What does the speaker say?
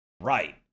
Right